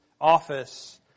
office